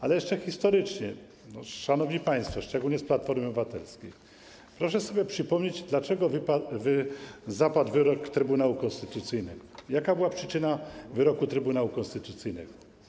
Ale jeszcze historycznie, szanowni państwo, szczególnie z Platformy Obywatelskiej, proszę sobie przypomnieć, dlaczego zapadł wyrok Trybunału Konstytucyjnego, jaka była przyczyna wyroku Trybunału Konstytucyjnego.